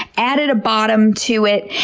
added a bottom to it,